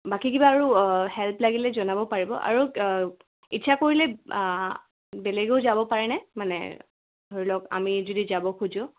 বাকী কিবা আৰু হেল্প লাগিলে জনাব পাৰিব আৰু ইচ্ছা কৰিলে বেলেগো যাব পাৰে নে মানে ধৰি লওক আমি যদি যাব খোজোঁ